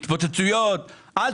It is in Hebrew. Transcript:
התפוצצויות.